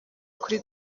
kuri